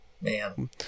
Man